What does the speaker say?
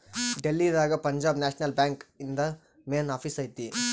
ಡೆಲ್ಲಿ ದಾಗ Punjab National Bank ಇಂದು main office ಐತಿ